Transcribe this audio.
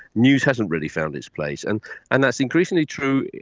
news hasn't really found its place. and and that's increasingly true,